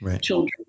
children